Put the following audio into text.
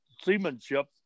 seamanship